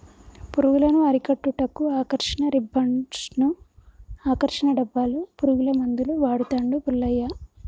పురుగులను అరికట్టుటకు ఆకర్షణ రిబ్బన్డ్స్ను, ఆకర్షణ డబ్బాలు, పురుగుల మందులు వాడుతాండు పుల్లయ్య